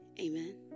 Amen